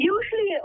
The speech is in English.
Usually